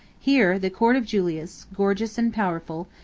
here the court of julius, gorgeous and powerful,